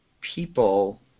people